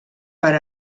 per